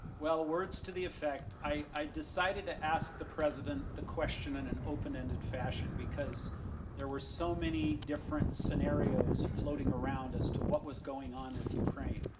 words to the effect, i decided to ask the president the question in an open ended fashion because there were so many different scenarios floating around as to what was going on with ukraine,